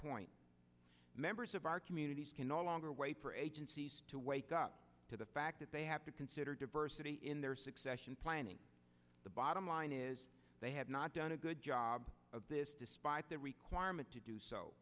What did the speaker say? point members of our communities can no longer wait for agencies to wake up to the fact that they have to consider diversity in their succession planning the bottom line is they have not done a good job of this despite the requirement to do so